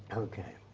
ok.